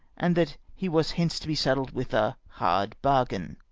and that he was hence to be saddled with a hard bargain.